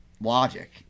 logic